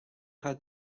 had